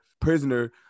prisoner